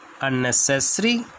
unnecessary